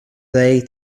they